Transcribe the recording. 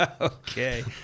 Okay